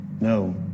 No